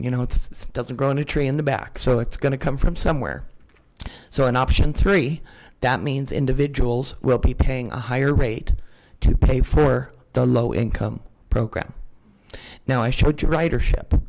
you know it doesn't grow in a tree in the back so it's going to come from somewhere so an option three that means individuals will be paying a higher rate to pay for the low income program now i showed you ridership